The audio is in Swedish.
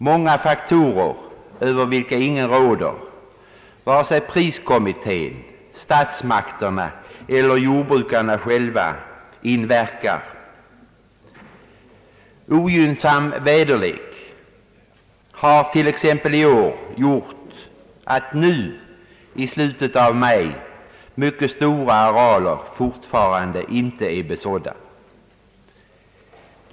Många faktorer över vilka ingen råder, vare sig priskommittén, statsmakterna eller jordbrukarna själva, inverkar. Ogynnsam väderlek har t.ex. i år gjort att nu, i slutet av maj, mycket stora arealer fortfarande inte är besådda.